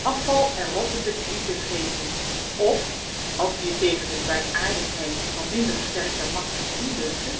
afval en rottende klieken vretend f als-ie t tegen de kwaadaardigheid van minder sterke makkers in durfde